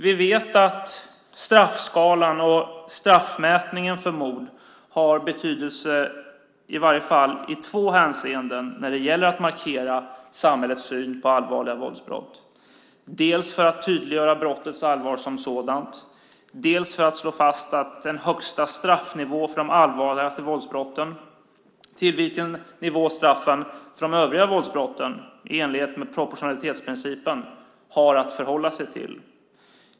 Vi vet att straffskalan och straffmätningen för mord har betydelse i varje fall i två hänseenden när det gäller att markera samhällets syn på allvarliga våldsbrott. Det ena är att tydliggöra brottets allvar som sådant, det andra är att slå fast en högsta straffnivå för de allvarligaste våldsbrotten till vilken nivå straffen för de övriga våldsbrotten, i enlighet med proportionalitetsprincipen, har att förhålla sig.